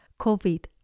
COVID